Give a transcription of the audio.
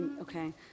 okay